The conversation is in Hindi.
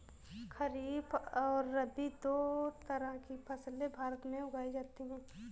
खरीप और रबी दो तरह की फैसले भारत में उगाई जाती है